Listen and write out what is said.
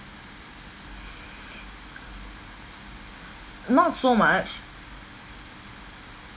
not so much